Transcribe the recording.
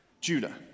Judah